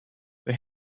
they